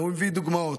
והוא הביא דוגמאות: